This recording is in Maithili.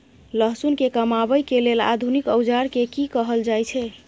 लहसुन के कमाबै के लेल आधुनिक औजार के कि कहल जाय छै?